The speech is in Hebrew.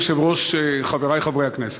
אדוני היושב-ראש, חברי חברי הכנסת,